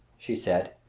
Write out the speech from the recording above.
she said.